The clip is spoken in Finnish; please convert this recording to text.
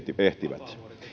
ehtivät